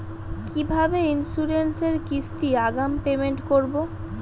কিভাবে ইন্সুরেন্স এর কিস্তি আগাম পেমেন্ট করবো?